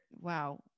wow